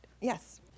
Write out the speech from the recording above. yes